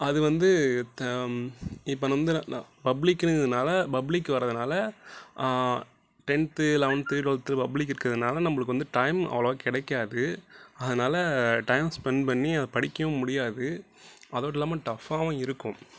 அது வந்து த இப்போ வந்து நா நா பப்ளிக்ங்குனுதுனால பப்ளிக் வரதுனால டென்த்து லவென்த் டுவெல்த் பப்ளிக் இருக்கிறனால நம்மளுக்கு வந்து டைம் அவ்வளவா கிடைக்காது அதனால் டைம் ஸ்பெண்ட் பண்ணி அது படிக்கவும் முடியாது அதோடய இல்லாமல் டஃபாகவும் இருக்கும்